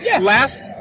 last